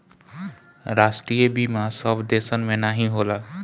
राष्ट्रीय बीमा सब देसन मे नाही होला